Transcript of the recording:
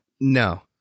No